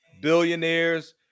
billionaires